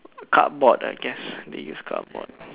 cardboard I guess they use cardboard lor